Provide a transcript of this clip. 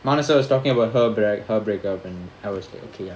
monisa was talking about her brak~ her break up and I was like okay ya